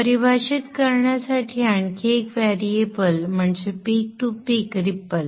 परिभाषित करण्यासाठी आणखी एक व्हेरिएबल म्हणजे पीक टू पीक रिपल